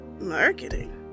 Marketing